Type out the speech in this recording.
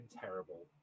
terrible